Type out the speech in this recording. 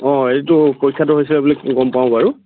অঁ এইটো পৰীক্ষাটো হৈছে বুলি গম পাওঁ বাৰু